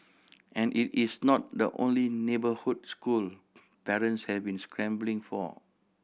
and it is not the only neighbourhood school parents have been scrambling for